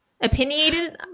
opinionated